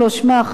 שמע חבר,